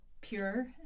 pure